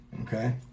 okay